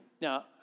Now